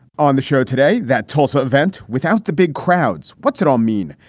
on the show today, that tulsa event without the big crowds what's it all mean?